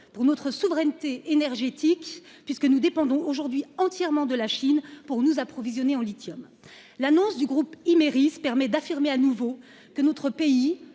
pour notre souveraineté énergétique puisque nous dépendons aujourd'hui entièrement de la Chine pour nous approvisionner en lithium, l'annonce du groupe Imerys permet d'affirmer, à nouveau, que notre pays,